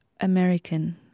American